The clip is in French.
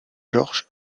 george